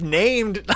named